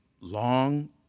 long